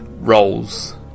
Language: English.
roles